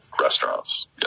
restaurants